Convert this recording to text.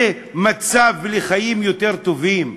למצב ולחיים יותר טובים?